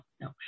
no